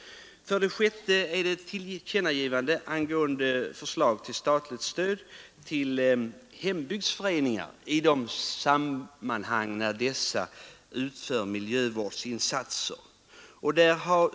Den sjätte punkten innehåller ett tillkännagivande angående förslag till statligt stöd till hembygdsföreningar i de sammanhang där dessa utför miljövårdsinsatser.